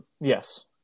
yes